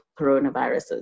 coronaviruses